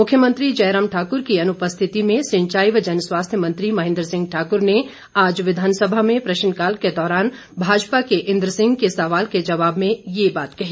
मुख्यमंत्री जयराम ठाकुर की अनुपस्थिति में सिंचाई व जन स्वास्थ्य मंत्री महेंद्र सिंह ठाकूर ने आज विधानसभा में प्रश्नकाल के दौरान भाजपा के इन्द्र सिंह के सवाल के जवाब में ये बात कही